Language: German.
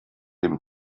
dem